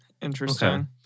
Interesting